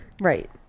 Right